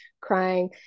crying